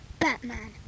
Batman